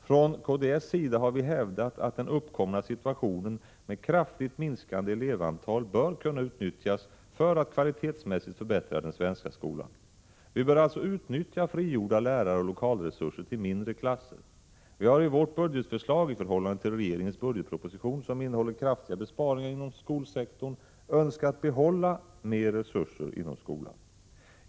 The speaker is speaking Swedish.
Från kds sida har vi hävdat att den uppkomna situationen med kraftigt minskande elevantal bör kunna utnyttjas för att kvalitetsmässigt förbättra den svenska skolan. Vi bör alltså utnyttja frigjorda läraroch lokalresurser till mindre klasser. Vi har i vårt budgetförslag, i förhållande till regeringens budgetpro position som innehåller kraftiga besparingar inom skolsektorn, önskat behålla mer resurser inom skolan.